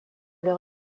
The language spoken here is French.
leur